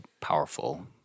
powerful